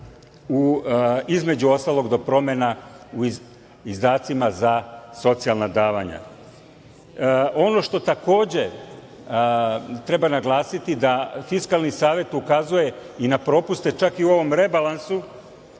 između ostalog u izdacima za socijalna davanja. Ono to takođe treba naglasiti da Fiskalni savet ukazuje i na propuste čak i u ovom rebalansu